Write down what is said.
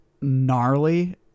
gnarly